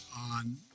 on